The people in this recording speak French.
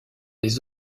les